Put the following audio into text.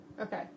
Okay